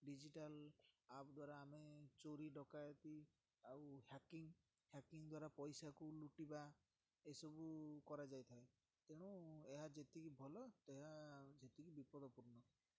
digital app ଦ୍ଵାରା ଆମେ ଚୋରି ଡ଼କାୟତି ଆଉ ହ୍ୟାକିଂ ହ୍ୟାକିଂ ଦ୍ଵାରା ପଇସାକୁ ଲୁଟିବା ଏସବୁ କରାଯାଇଥାଏ ତେଣୁ ଏହା ଯେତିକି ଭଲ ତା ଯେତିକି ବିପଦପୂର୍ଣ୍ଣ